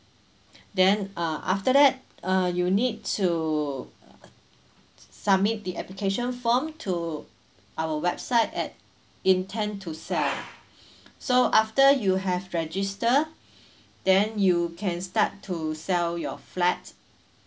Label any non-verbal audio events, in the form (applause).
then err after that err you need to err submit the application form to our website at intend to sell (breath) so after you have register (breath) then you can start to sell your flat